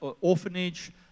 orphanage